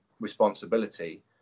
responsibility